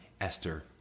Esther